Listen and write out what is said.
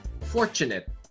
fortunate